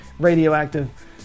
radioactive